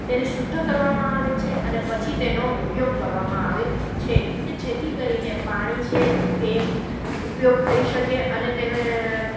તેને શુદ્ધ કરવામાં આવે છે અને પછી તેનો ઉપયોગ કરવામાં આવે છે કે જેથી કરીને પાણી છે એ ઉપયોગ થઈ શકે અને તેને